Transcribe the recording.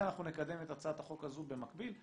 אנחנו נקדם את הצעת החוק הזו במקביל.